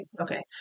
okay